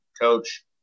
coach